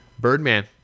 Birdman